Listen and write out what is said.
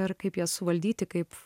ir kaip jas suvaldyti kaip